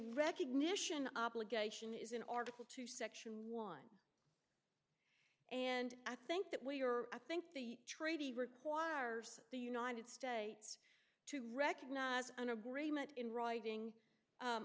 recognition obligation is in article two section one and i think that we are i think the treaty requires the united states to recognize an agreement in writing